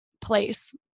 place